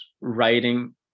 writing